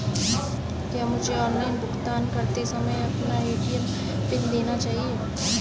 क्या मुझे ऑनलाइन भुगतान करते समय अपना ए.टी.एम पिन देना चाहिए?